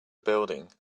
building